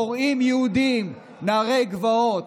פורעים יהודים נערי גבעות.